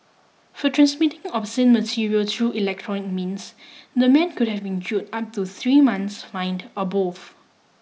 for transmitting obscene material through electronic means the man could have been jailed up to three months fined or both